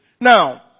Now